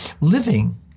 living